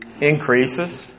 Increases